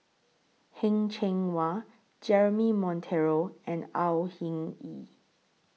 Heng Cheng Hwa Jeremy Monteiro and Au Hing Yee